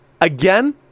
again